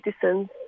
citizens